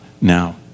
now